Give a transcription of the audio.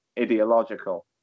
ideological